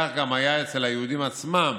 כך גם היה אצל היהודים עצמם